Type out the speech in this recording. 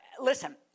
listen